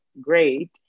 great